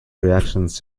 reactions